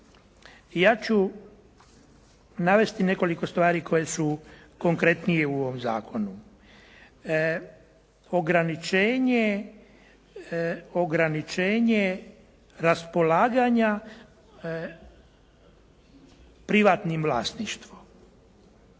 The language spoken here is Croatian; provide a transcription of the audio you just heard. ja ću navesti nekoliko stvari koje su konkretnije u ovom zakonu. Ograničenje raspolaganja privatnim vlasništvom.